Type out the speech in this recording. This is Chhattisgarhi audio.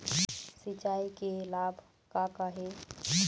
सिचाई के लाभ का का हे?